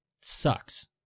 sucks